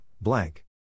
blank